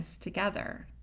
together